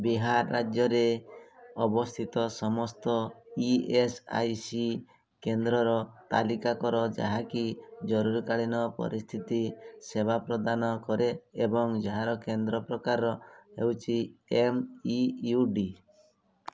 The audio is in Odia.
ବିହାର ରାଜ୍ୟରେ ଅବସ୍ଥିତ ସମସ୍ତ ଇ ଏସ୍ ଆଇ ସି କେନ୍ଦ୍ରର ତାଲିକା କର ଯାହାକି ଜରୁରୀକାଳୀନ ପରିସ୍ଥିତି ସେବା ପ୍ରଦାନ କରେ ଏବଂ ଯାହାର କେନ୍ଦ୍ର ପ୍ରକାର ହେଉଛି ଏମ୍ ଇ ୟୁ ଡ଼ି